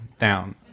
down